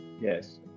yes